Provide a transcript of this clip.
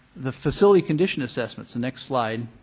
the facility condition assessments, the next slide,